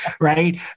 Right